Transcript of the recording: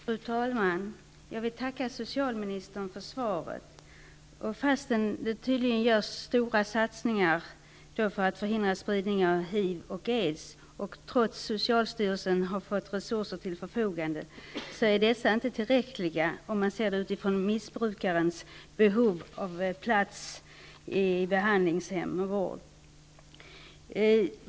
Fru talman! Jag vill tacka socialministern för svaret. Trots att det tydligen görs stora satsningar för att förhindra spridningen av HIV/aids och trots att socialstyrelsen har fått resurser till förfogande är detta inte tillräckligt, om man ser det utifrån missbrukarens behov av plats på behandlingshem och vård.